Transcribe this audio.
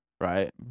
right